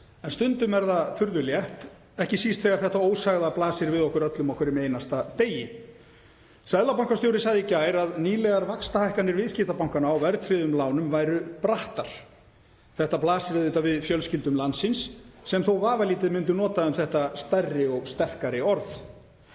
en stundum er það furðu létt, ekki síst þegar þetta ósagða blasir við okkur öllum á hverjum einasta degi. Seðlabankastjóri sagði í gær að nýlegar vaxtahækkanir viðskiptabankanna á verðtryggðum lánum væru brattar. Þetta blasir auðvitað við fjölskyldum landsins sem þó vafalítið myndu nota um þetta stærri og sterkari orð.